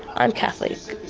i'm catholic,